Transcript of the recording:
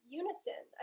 unison